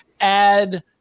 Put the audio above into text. add